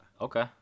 okay